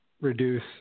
reduce